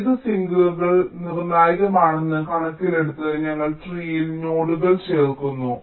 ഏത് സിങ്കുകൾ നിർണായകമാണെന്ന് കണക്കിലെടുത്ത് ഞങ്ങൾ ട്രീൽ നോഡുകൾ ചേർക്കുന്നു